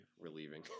relieving